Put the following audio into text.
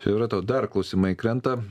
yra tau dar klausimai krenta